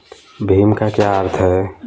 भीम का क्या अर्थ है?